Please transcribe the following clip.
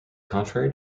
contrary